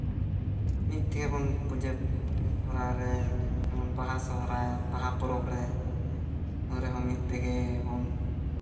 ᱢᱤᱫ ᱛᱮᱜᱮ ᱵᱚᱱ ᱯᱩᱡᱟᱹ ᱥᱚᱦᱚᱨᱟᱭ ᱨᱮ ᱡᱮᱢᱚᱱ ᱵᱟᱦᱟ ᱥᱚᱦᱚᱨᱟᱭ ᱵᱟᱦᱟ ᱯᱚᱨᱚᱵᱽ ᱨᱮ ᱩᱱ ᱨᱮᱦᱚᱸ ᱢᱤᱫ ᱛᱮᱜᱮ ᱵᱚᱱ